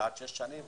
זה עד שש שנים,